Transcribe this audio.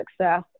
success